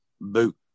boot